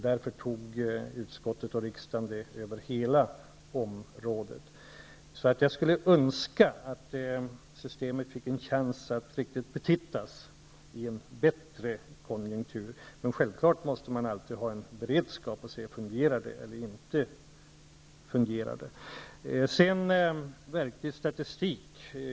Därför har utskottet och riksdagen utvidgat den till att gälla hela området. Jag skulle önska att systemet fick en chans att betittas i en bättre konjunktur. Självfallet måste man alltid ha en beredskap och se om det fungerar.